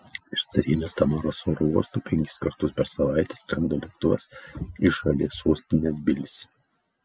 iš carienės tamaros oro uosto penkis kartus per savaitę skrenda lėktuvas į šalies sostinę tbilisį